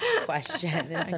question